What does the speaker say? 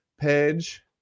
page